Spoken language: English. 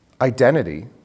Identity